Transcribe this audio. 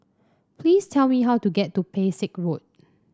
please tell me how to get to Pesek Road